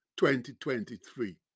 2023